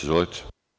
Izvolite.